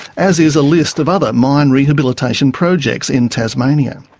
as is a list of other mine rehabilitation projects in tasmania.